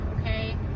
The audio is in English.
okay